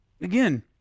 Again